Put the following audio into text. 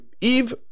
Eve